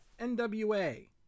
NWA